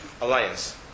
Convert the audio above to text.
alliance